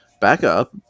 backup